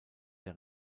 der